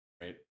Right